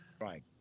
Right